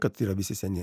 kad yra visi seni